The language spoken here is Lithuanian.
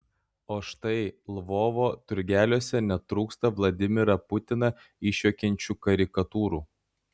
o štai lvovo turgeliuose netrūksta vladimirą putiną išjuokiančių karikatūrų